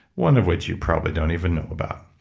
one of which you probably don't even know about.